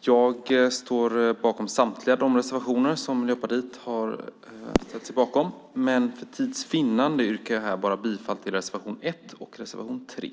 Herr talman! Jag står bakom samtliga reservationer som Miljöpartiet har i detta betänkande, men för tids vinnande yrkar jag bifall endast till reservation 1 och reservation 3.